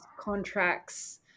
contracts